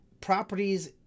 properties